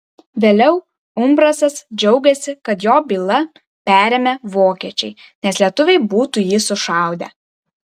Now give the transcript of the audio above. vėliau umbrasas džiaugėsi kad jo bylą perėmė vokiečiai nes lietuviai būtų jį sušaudę